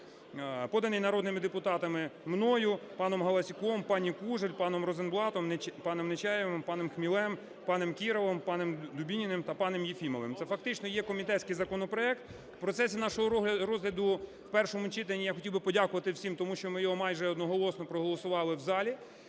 поданий народними депутатами – мною, паном Галасюком, пані Кужель, паном Розенблатом, паном Нечаєвим, паном Хмілем, паном Кіралем, паном Дубініним та паном Єфімовим. Це фактично є комітетський законопроект. В процесі нашого розгляду в першому читанні я хотів би подякувати всім, тому що ми його майже одноголосно проголосувати в залі.